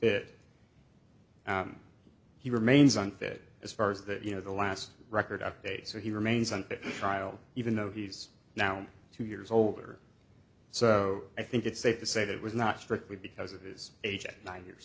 and he remains unfit as far as the you know the last record update so he remains on trial even though he's now two years older so i think it's safe to say that was not strictly because of his age at nine years